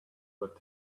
what